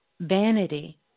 vanity